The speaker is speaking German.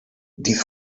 die